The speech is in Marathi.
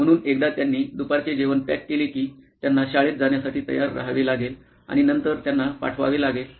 म्हणून एकदा त्यांनी दुपारचे जेवण पॅक केले की त्यांना शाळेत जाण्यासाठी तयार राहावे लागेल आणि नंतर त्यांना पाठवावे लागेल